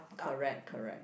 correct correct